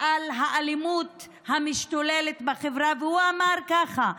על האלימות המשתוללת בחברה, והוא אמר ככה: